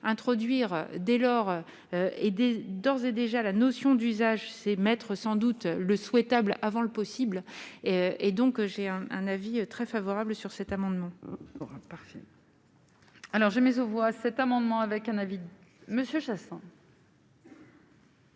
introduire dès lors et des d'ores et déjà, la notion d'usage c'est maîtres sans doute le souhaitable avant le possible et donc j'ai un avis très favorable sur cet amendement. Sera parfait. Alors j'ai mis aux voix, cet amendement avec un avis Monsieur Chassaing.